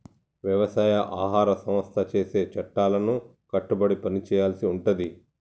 వ్యవసాయ ఆహార సంస్థ చేసే చట్టాలకు కట్టుబడి పని చేయాల్సి ఉంటది